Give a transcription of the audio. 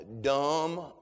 dumb